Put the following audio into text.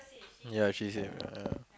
ya she said ah